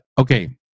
okay